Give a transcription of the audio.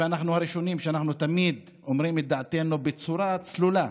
ואנחנו הראשונים שתמיד אומרים את דעתנו בצורה צלולה: